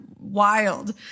wild